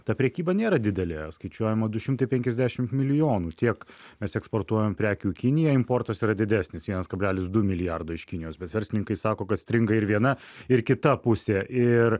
ta prekyba nėra didelė skaičiuojama du šimtai penkiasdešim milijonų tiek mes eksportuojam prekių į kiniją importas yra didesnis vienas kablelis du milijardo iš kinijos bet verslininkai sako kad stringa ir viena ir kita pusė ir